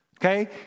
Okay